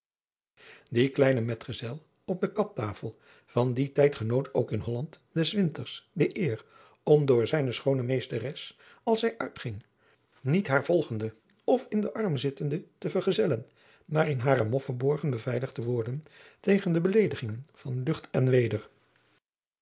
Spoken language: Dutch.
die kleine medgezel op de kaptafel van dien tijd genoot ook in holland des winters de eer om door zijne schoone meesteres als zij uitging niet haar volgende of in den arm zittende te vergezellen maar in hare mof verborgen beveiligd te worden tegen de beleedigingen van lucht en weder